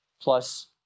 plus